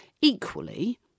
Equally